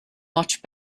much